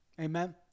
Amen